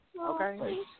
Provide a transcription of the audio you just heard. Okay